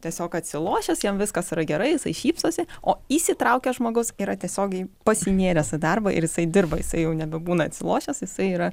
tiesiog atsilošęs jam viskas yra gerai jisai šypsosi o įsitraukęs žmogus yra tiesiogiai pasinėręs į darbą ir jisai dirba jisai jau nebebūna atsilošęs jisai yra